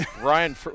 Ryan